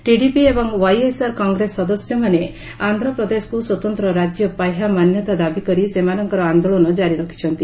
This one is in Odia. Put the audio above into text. ଟିଡିପି ଏବଂ ଓ୍ବାଇଏସ୍ଆର୍ କଂଗ୍ରେସ ସଦସ୍ୟମାନେ ଆନ୍ଧ୍ରପ୍ରଦେଶକୁ ସ୍ୱତନ୍ତ ରାଜ୍ୟ ପାହ୍ୟା ମାନ୍ୟତା ଦାବି କରି ସେମାନଙ୍କର ଆନ୍ଦୋଳନ କାରି ରଖିଛନ୍ତି